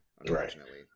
unfortunately